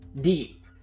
deep